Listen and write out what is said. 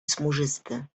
smużysty